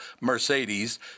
Mercedes